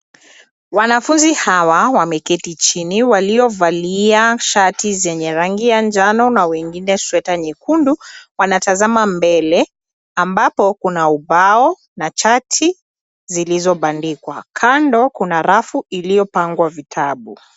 Wanafunzi hawa wameketi chini. Waliovalia shati zenye rangi ya njano na wengine sweta nyekundu wanatazama mbele, ambapo kuna ubao na chati zilizobandikwa. Kando kuna rafu iliyopangwa vitabu.